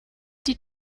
die